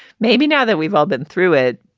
maybe now that we've all been through it,